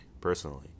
personally